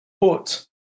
put